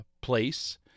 place